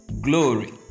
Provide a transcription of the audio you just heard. Glory